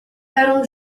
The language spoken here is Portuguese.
eram